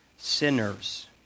Sinners